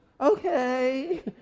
okay